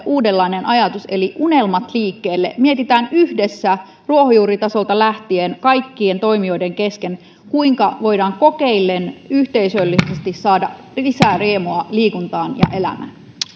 uudenlainen ajatus eli unelmat liikkeelle mietitään yhdessä ruohonjuuritasolta lähtien kaikkien toimijoiden kesken kuinka voidaan kokeillen yhteisöllisesti saada lisää riemua liikuntaan ja elämään